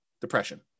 depression